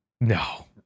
No